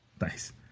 Nice